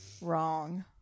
Wrong